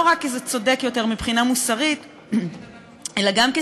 לא רק כי זה צודק יותר מבחינה מוסרית אלא גם כי